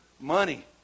money